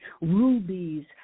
Rubies